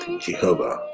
Jehovah